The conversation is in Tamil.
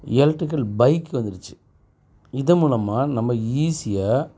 எலெக்ட்ரிகல் பைக் வந்துடுச்சி இது மூலமாக நம்ம ஈஸியாக